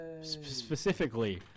Specifically